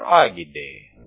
me ಆಗಿದೆ